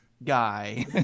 guy